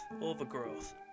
overgrowth